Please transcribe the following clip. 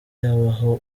yubaha